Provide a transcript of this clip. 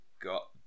got